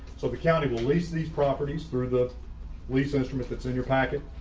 so the county will lease these properties through the lisa instrument that's in your packet.